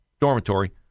dormitory